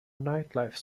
nightlife